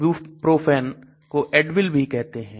Ibuprofen को Advil भी कहते हैं